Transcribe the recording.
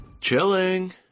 Chilling